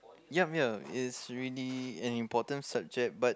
yup ya it's really an important subject but